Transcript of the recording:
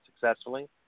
successfully